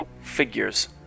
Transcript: figures